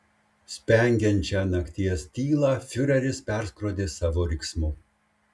spengiančią nakties tylą fiureris perskrodė savo riksmu